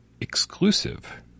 exclusive